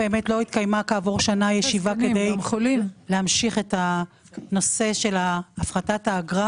כעבור שנה ישיבה כדי להמשיך את הנושא של הפחתת האגרה